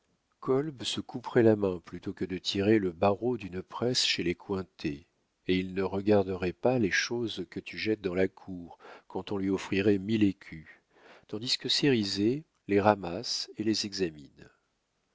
se couperait la main plutôt que de tirer le barreau d'une presse chez les cointet et il ne regarderait pas les choses que tu jettes dans la cour quand on lui offrirait mille écus tandis que cérizet les ramasse et les examine